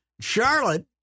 Charlotte